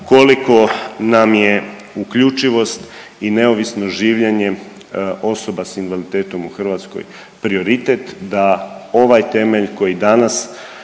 koliko nam je uključivost i neovisno življenje osoba sa invaliditetom u Hrvatskoj prioritet, da ovaj temelj koji danas